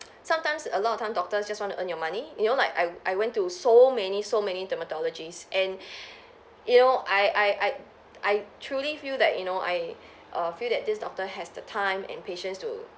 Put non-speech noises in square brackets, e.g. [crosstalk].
sometimes a lot of time doctor just wanna earn your money you know like I I went to so many so many dermatologists and [breath] you know I I I I truly feel that you know I err feel that this doctor has the time and patience to